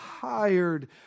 tired